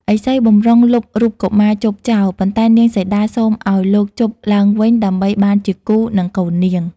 ឥសីបម្រុងលុបរូបកុមារជប់ចោល ប៉ុន្តែនាងសីតាសូមឱ្យលោកជប់ឡើងវិញដើម្បីបានជាគូ នឹងកូននាង។